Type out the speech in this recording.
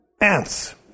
Ants